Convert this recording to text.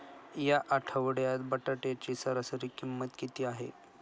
या आठवड्यात बटाट्याची सरासरी किंमत किती आहे?